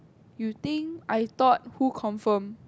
you think I thought who confirm